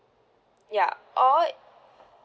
ya or